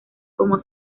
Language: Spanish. como